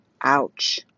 Ouch